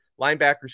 linebackers